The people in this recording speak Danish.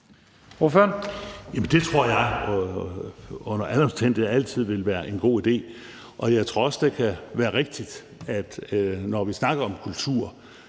Det tror jeg under alle omstændigheder altid ville være en god idé. Og jeg tror også, det kan være rigtigt, at når vi snakker om kultur,